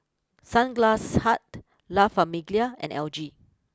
Sunglass Hut La Famiglia and L G